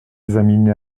examiné